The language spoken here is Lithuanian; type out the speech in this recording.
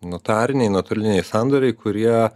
notariniai nuotoliniai sandoriai kurie